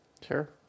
sure